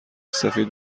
سفید